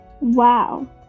wow